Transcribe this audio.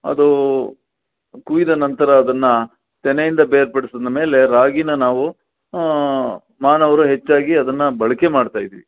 ಅದೂ ಕುಯ್ದ ನಂತರ ಅದನ್ನ ತೆನೆಯಿಂದ ಬೇರ್ಪಡಿಸಿದ ಮೇಲೆ ರಾಗಿನ ನಾವು ಮಾನವರು ಹೆಚ್ಚಾಗಿ ಅದನ್ನ ಬಳಕೆ ಮಾಡ್ತಾ ಇದ್ದೀವಿ